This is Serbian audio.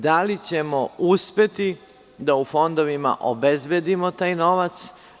Da li ćemo uspeti da u fondovima obezbedimo taj novac?